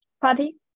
Party